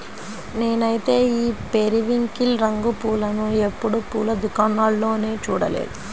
నేనైతే ఈ పెరివింకిల్ రంగు పూలను ఎప్పుడు పూల దుకాణాల్లో చూడలేదు